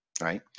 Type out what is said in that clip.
right